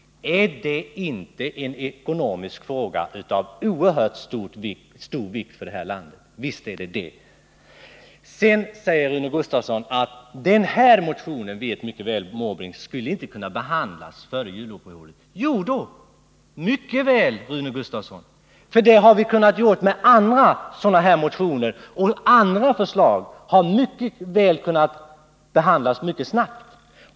Är det inte en ekonomisk fråga av oerhört stor vikt för det här landet? Jo, visst är det det! Sedan säger Rune Gustavsson att herr Måbrink mycket väl vet att den här motionen inte skulle ha kunnat behandlas före juluppehållet. Jo då, det hade den mycket väl kunnat, Rune Gustavsson — för det har vi kunnat göra med andra sådana här motioner, och andra förslag har mycket väl kunnat behandlas mycket snabbt.